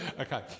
Okay